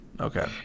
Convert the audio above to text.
Okay